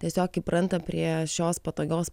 tiesiog įpranta prie šios patogios